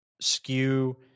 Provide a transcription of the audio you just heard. skew